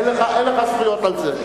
אין לך זכויות על זה.